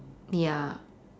ya